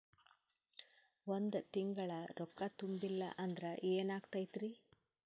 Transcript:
ಒಂದ ತಿಂಗಳ ರೊಕ್ಕ ತುಂಬಿಲ್ಲ ಅಂದ್ರ ಎನಾಗತೈತ್ರಿ?